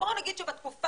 בואו נגיד שבתקופה,